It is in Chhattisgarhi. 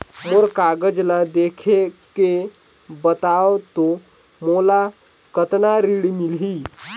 मोर कागज ला देखके बताव तो मोला कतना ऋण मिलही?